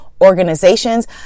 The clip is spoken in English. organizations